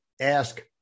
ask